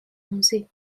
آموزی